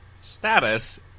status